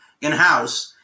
in-house